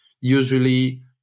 usually